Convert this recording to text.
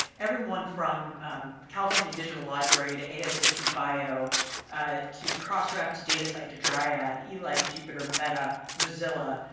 everyone from california digital library to asapbio to crossref to datasite to dryad, elife, jupyter, meta, mozilla,